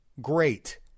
great